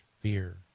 fear